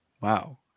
wow